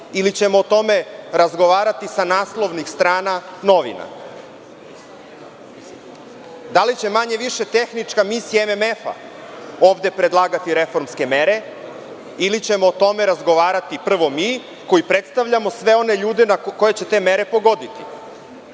ili ćemo o tome razgovarati sa naslovnih strana novina? Da li će, manje-više, tehnička misija MMF ovde predlagati reformske mere ili ćemo o tome razgovarati prvo mi koji predstavljamo sve one ljude koje će te mere pogoditi?